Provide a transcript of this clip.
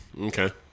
Okay